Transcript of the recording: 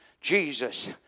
jesus